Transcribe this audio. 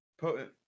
potent